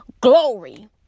glory